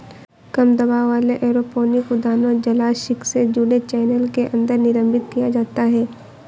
कम दबाव वाले एरोपोनिक उद्यानों जलाशय से जुड़े चैनल के अंदर निलंबित किया जाता है